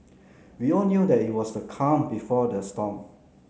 we all knew that it was the calm before the storm